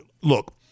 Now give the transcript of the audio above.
Look